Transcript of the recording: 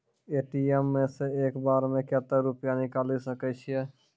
ATM सऽ एक बार म कत्तेक रुपिया निकालि सकै छियै?